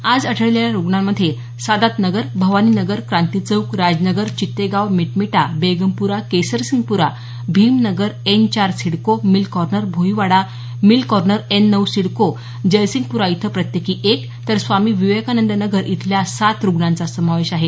आज आढळलेल्या रूग्णांमध्ये सादात नगर भवानी नगर क्रांती चौक राज नगर चित्तेगाव मिटमिटा बेगमप्रा केसरसिंगप्रा भीम नगर एन चार CIDCO Bhoiwada mill corner N नऊ सिडको जयसिंगप्रा इथं प्रत्येकी एक तर स्वामी विवेकानंद नगर इथल्या सात रूग्णांचा समावेश आहे